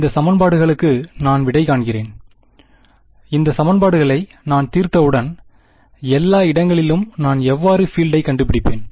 இந்த சமன்பாடுகளுக்கு நான் விடைகாண்கிறேன் இந்த சமன்பாடுகளை நான் தீர்த்தவுடன் எல்லா இடங்களிலும் நான் எவ்வாறு பீல்டை கண்டுபிடிப்பேன்